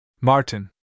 Martin